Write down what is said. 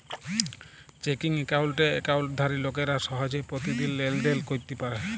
checking একাউল্টে একাউল্টধারি লোকেরা সহজে পতিদিল লেলদেল ক্যইরতে পারে